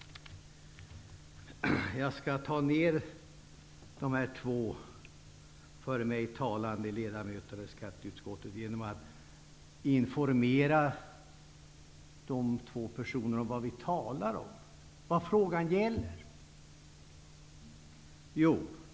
Jag skall ta ner de här två ledamöterna i skatteutskottet som talade före mig genom att informera dem om vad vi talar om, vad frågan gäller.